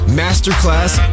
masterclass